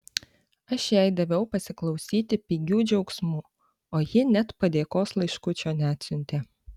aš jai daviau pasiklausyti pigių džiaugsmų o ji net padėkos laiškučio neatsiuntė